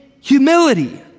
humility